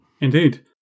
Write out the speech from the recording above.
Indeed